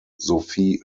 sophie